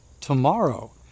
tomorrow